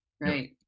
right